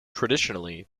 traditionally